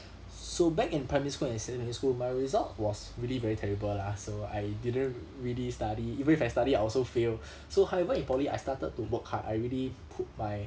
so back in primary school and secondary school my result was really very terrible lah so I didn't really study even if I study I also fail so however in poly I started to work hard I really put my